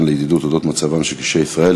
לידידות על אודות מצבם של קשישי ישראל,